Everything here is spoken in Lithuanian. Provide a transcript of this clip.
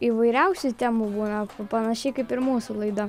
įvairiausių temų būna panašiai kaip ir mūsų laida